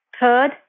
Third